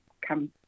come